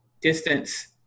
distance